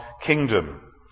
kingdom